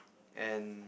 and